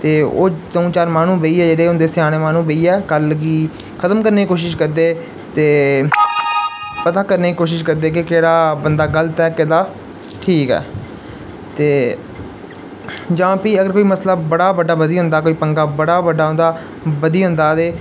ते ओह् द'ऊं चार माह्नू बेहियै जेह्ड़े होंदे स्याने माहनू ओह् बेहियै गल्ल गी खतम करने दी कोशश करदे ते खतम करने दी कोशश करदे कि केह्ड़ा बंदा गल्त ऐ केह्ड़ा ठीक ऐ ते जां फ्ही अगर कोई मसला बड़ा बड्डा बधी जंदा कोई पंगा बड़ा बड्डा बधी जंदा ते